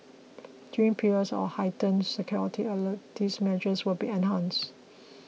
during periods of heightened security alert these measures will be announced